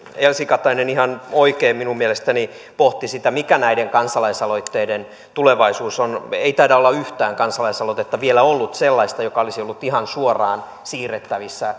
elsi katainen ihan oikein minun mielestäni pohti sitä mikä näiden kansalaisaloitteiden tulevaisuus on ei taida olla yhtään kansalaisaloitetta vielä ollut sellaista joka olisi ollut ihan suoraan siirrettävissä